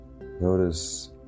notice